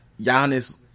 Giannis